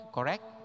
Correct